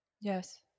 yes